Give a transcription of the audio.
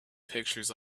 pictures